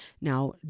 Now